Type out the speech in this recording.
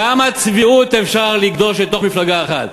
כמה צביעות אפשר לגדוש בתוך מפלגה אחת?